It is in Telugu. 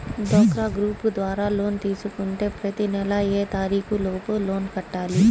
డ్వాక్రా గ్రూప్ ద్వారా లోన్ తీసుకుంటే ప్రతి నెల ఏ తారీకు లోపు లోన్ కట్టాలి?